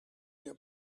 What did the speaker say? your